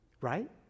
right